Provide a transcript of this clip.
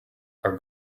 are